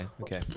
Okay